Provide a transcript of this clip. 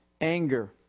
anger